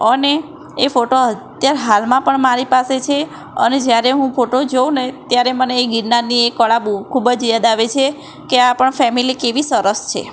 અને એ ફોટો અત્યારે હાલમાં પણ મારી પાસે છે અને જ્યારે હું ફોટો જોઉં ને ત્યારે મને એ ગિરનારની એ કળા બહુ ખૂબ જ યાદ આવે છે કે આ પણ ફેમેલી કેવી સરસ છે